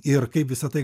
ir kaip visa tai